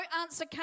answer